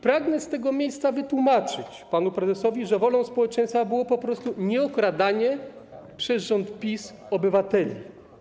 Pragnę z tego miejsca wytłumaczyć panu prezesowi, że wolą społeczeństwa było po prostu nieokradanie przez rząd PiS obywateli.